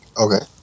okay